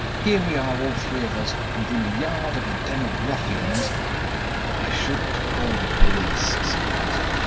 here we are, all three of us, within a yard of a den of ruffians but i shouldn't call the police, said basil.